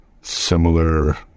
similar